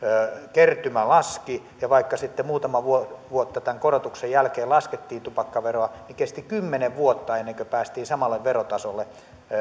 kertymä laski ja vaikka sitten muutama vuosi tämän korotuksen jälkeen tupakkaveroa laskettiin niin kesti kymmenen vuotta ennen kuin päästiin samalle verotasolle